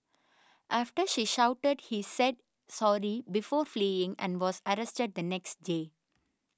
after she shouted he said sorry before fleeing and was arrested the next day